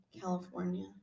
California